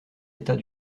état